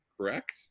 correct